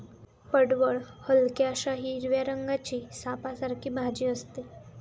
पडवळ हलक्याशा हिरव्या रंगाची सापासारखी भाजी असते